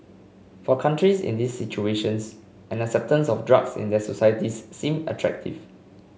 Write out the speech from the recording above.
for countries in these situations an acceptance of drugs in their societies seem attractive